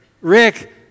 Rick